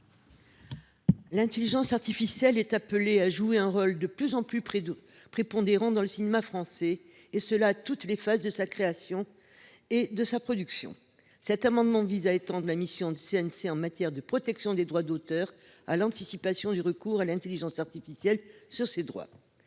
L’intelligence artificielle (IA) étant appelée à jouer un rôle de plus en plus prépondérant dans le cinéma français, et cela dans toutes les phases de la création et de la production, cet amendement vise à étendre la mission du CNC en matière de protection des droits d’auteur en anticipant le recours à l’intelligence artificielle. Je